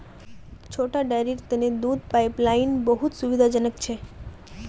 छोटा डेरीर तने दूध पाइपलाइन बहुत सुविधाजनक छ